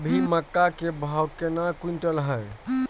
अभी मक्का के भाव केना क्विंटल हय?